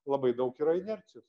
labai daug yra inercijos